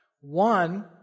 One